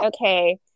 Okay